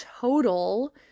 total